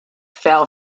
fell